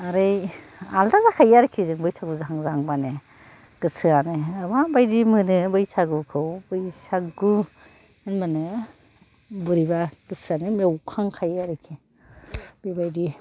ओरै आलदा जाखायो आरोखि जों बैसागु जाहां जाहां बानो गोसोयानो माबादि मोनो बैसागुखौ बैसागु होनबानो बोरैबा गोसोयानो मेवखां खायो आरो बेबादि